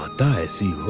ah die. i